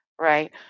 right